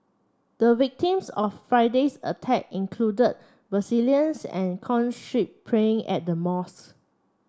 the victims of Friday's attack included and praying at the mosque